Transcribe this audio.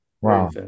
wow